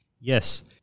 Yes